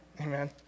Amen